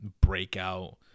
breakout